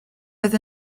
oedd